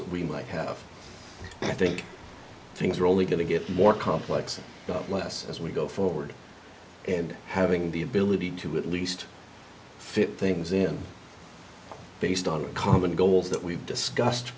that we might have i think things are only going to get more complex and not less as we go forward and having the ability to at least fifteen times in based on common goals that we've discussed